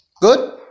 Good